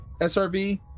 SRV